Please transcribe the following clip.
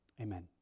Amen